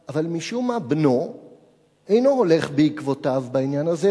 אבל משום מה בנו אינו הולך בעקבותיו בעניין הזה,